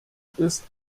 ist